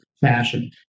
fashion